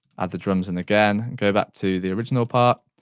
the drums in again, go back to the original part,